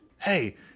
hey